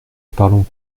parlons